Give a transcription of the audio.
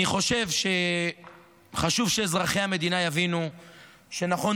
אני חושב שחשוב שאזרחי המדינה יבינו שנכונו